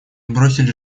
бросили